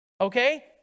Okay